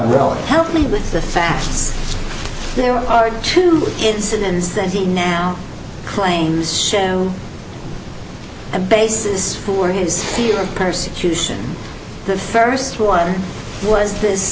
will help me with the facts there are two incidents that he now claims show a basis for his field of persecution the first one was this